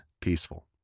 peaceful